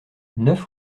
neuf